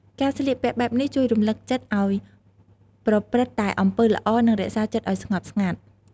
ការស្លៀកពាក់បែបនេះជួយរំលឹកចិត្តឱ្យប្រព្រឹត្តតែអំពើល្អ និងរក្សាចិត្តឱ្យស្ងប់ស្ងាត់។